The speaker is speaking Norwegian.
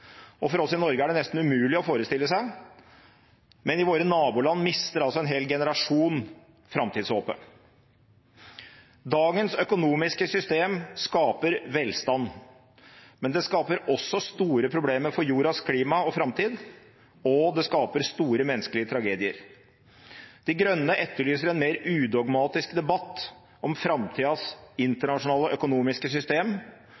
arbeid. For oss i Norge er det nesten umulig å forestille seg, men i våre naboland mister altså en hel generasjon framtidshåpet. Dagens økonomiske system skaper velstand, men det skaper også store problemer for jordas klima og framtid, og det skaper store menneskelige tragedier. De Grønne etterlyser en mer udogmatisk debatt om framtidas internasjonale økonomiske system,